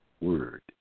word